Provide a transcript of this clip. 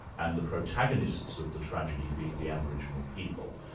and the protagonists of the tragedy being the aboriginal people.